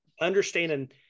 understanding